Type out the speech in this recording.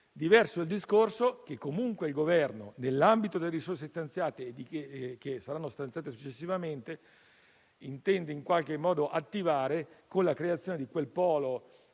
Diverso è il discorso che comunque il Governo, nell'ambito delle risorse che saranno stanziate successivamente, intende attivare la creazione di quel polo